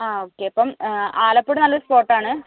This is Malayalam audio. ആ ഓക്കേ അപ്പം ആലപ്പുഴ നല്ല സ്പോട്ടാണ്